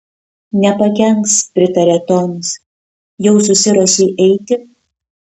nepakenks pritarė tonis jau susiruošei eiti